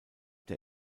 der